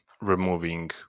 removing